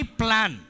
plan